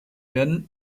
werden